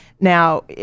Now